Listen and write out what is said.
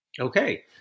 Okay